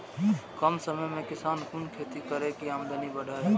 कम समय में किसान कुन खैती करै की आमदनी बढ़े?